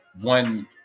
one